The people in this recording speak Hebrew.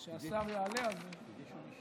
כשהשר יעלה, אז, הגישו לי שמית.